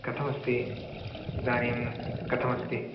कथमस्ति इदानीं कथमस्ति